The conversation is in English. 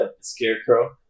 Scarecrow